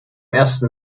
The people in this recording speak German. ersten